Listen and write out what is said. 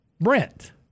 Brent